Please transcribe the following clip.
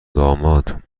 داماد